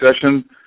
session